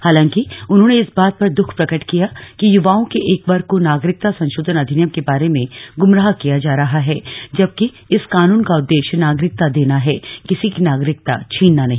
हालांकि उन्होंने इस बात पर दुख प्रकट किया कि युवाओं के एक वर्ग को नागरिकता संशोधन अधिनियम के बारे में गुमराह किया जा रहा है जबकि इस कानून का उद्देश्य नागरिकता देना है किसी की नागरिकता छीनना नहीं